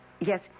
Yes